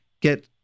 get